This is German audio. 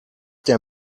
der